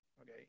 okay